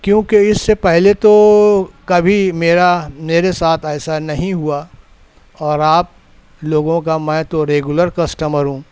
کیوں کہ اس سے پہلے تو کبھی میرا میرے ساتھ ایسا نہیں ہوا اور آپ لوگوں کا میں تو ریگولر کسٹمر ہوں